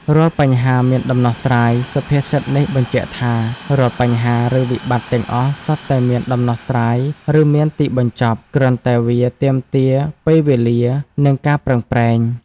រាល់បញ្ហាមានដំណោះស្រាយ សុភាសិតនេះបញ្ជាក់ថា រាល់បញ្ហា ឬវិបត្តិទាំងអស់សុទ្ធតែមាន ដំណោះស្រាយ ឬមានទីបញ្ចប់ គ្រាន់តែវាទាមទារពេលវេលា និងការប្រឹងប្រែង។